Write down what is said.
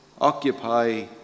occupy